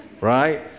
right